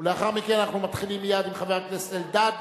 לאחר מכן אנחנו מתחילים מייד עם חבר הכנסת אלדד,